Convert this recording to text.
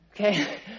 Okay